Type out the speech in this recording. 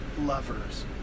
lovers